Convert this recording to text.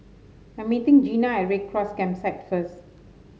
I'm meeting Gina at Red Cross Campsite first